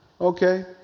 Okay